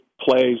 plays